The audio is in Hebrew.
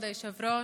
כבוד היושב-ראש,